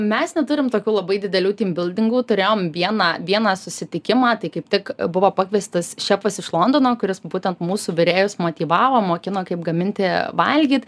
mes neturim tokių labai didelių tymbildingų turėjom vieną vieną susitikimą tai kaip tik buvo pakviestas šefas iš londono kuris būtent mūsų virėjus motyvavo mokino kaip gaminti valgyt